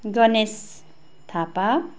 Ganesh Thapa